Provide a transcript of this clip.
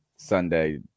Sunday